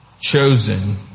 Chosen